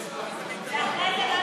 התשע"ט 2018,